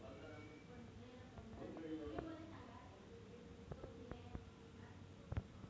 आज भारतात अनेक कृषी योजना फोफावत आहेत